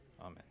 Amen